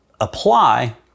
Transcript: apply